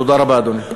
תודה רבה, אדוני.